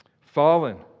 Fallen